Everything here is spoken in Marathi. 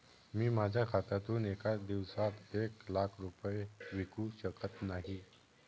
मी माझ्या खात्यातून एका दिवसात एक लाख रुपये विकू शकत नाही